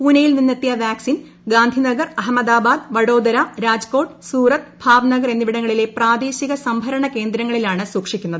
പൂനെയിൽ നിന്നെത്തിയ വാക്സിൻ ഗാന്ധിനഗർ അഹമ്മദാബാദ് വടോദര രാജ്ക്കോട്ട് സൂറത്ത് ഭാവ്നഗർ എന്നിവിടങ്ങളിലെ പ്രാദേശിക സംഭരണ കേന്ദ്രങ്ങളിലാണ് സൂക്ഷിക്കുന്നത്